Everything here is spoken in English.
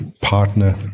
partner